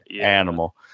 animal